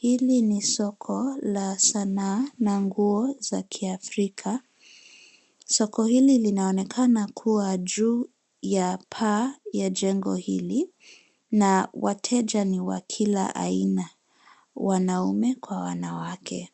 Hili ni soko la sanaa, na nguo za kiafrika. Soko hili linaonekana kuwa juu ya paa ya jengo hili, na wateja ni wa kila aina, wanaume kwa wanawake.